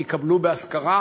יקבלו בהשכרה,